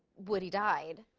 woody died.